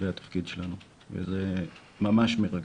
זה התפקיד שלנו, וזה ממש מרגש.